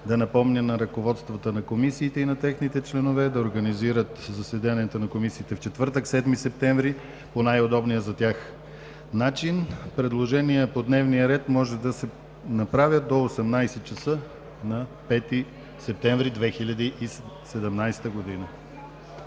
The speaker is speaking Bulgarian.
да напомня на ръководствата на комисиите и на техните членове да организират заседанията на комисиите в четвъртък, 7 септември 2017 г., по най-удобния за тях начин. Предложения по дневния ред могат да се направят до 18,00 ч. на 5 септември 2017 г.